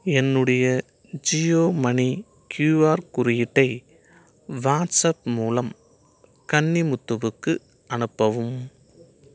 என்னுடைய Jio money QR குறியீட்டை WhatsApp மூலம் கன்னிமுத்துவுக்கு அனுப்பவும்